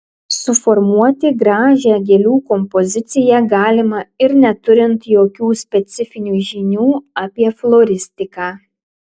suformuoti gražią gėlių kompoziciją galima ir neturint jokių specifinių žinių apie floristiką